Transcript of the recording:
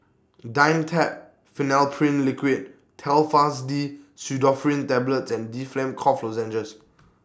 Dimetapp Phenylephrine Liquid Telfast D Pseudoephrine Tablets and Difflam Cough Lozenges